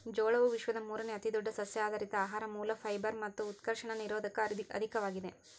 ಜೋಳವು ವಿಶ್ವದ ಮೂರುನೇ ಅತಿದೊಡ್ಡ ಸಸ್ಯಆಧಾರಿತ ಆಹಾರ ಮೂಲ ಫೈಬರ್ ಮತ್ತು ಉತ್ಕರ್ಷಣ ನಿರೋಧಕ ಅಧಿಕವಾಗಿದೆ